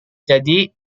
jadi